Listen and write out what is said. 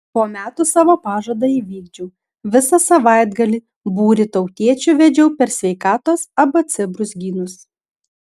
po metų savo pažadą įvykdžiau visą savaitgalį būrį tautiečių vedžiau per sveikatos abc brūzgynus